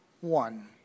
one